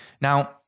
Now